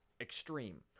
extreme